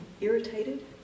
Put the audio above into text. irritated